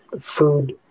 food